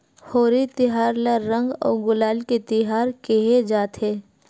होरी तिहार ल रंग अउ गुलाल के तिहार केहे जाथे